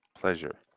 pleasure